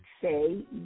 say